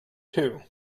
too